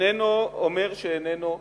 איננו אומר שאיננו נכון.